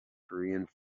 korean